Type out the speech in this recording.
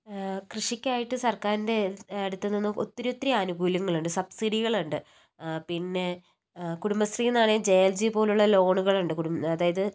കൃഷിക്കായിട്ട് സർക്കാരിൻ്റെ അടുത്ത്നിന്ന് ഒത്തിരി ഒത്തിരി ആനുകൂല്യങ്ങളുണ്ട് സബ്സിഡികളുണ്ട് പിന്നെ കുടുംബശ്രീന്നാണെങ്കിൽ ജെഎൽജി പോലുള്ള ലോണുകളുണ്ട് കുടുംബ അതായത്